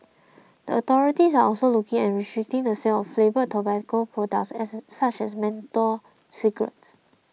the authorities are also looking at restricting the sale flavoured tobacco products as such as menthol cigarettes